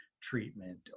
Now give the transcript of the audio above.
treatment